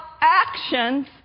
actions